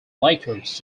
lakers